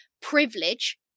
privilege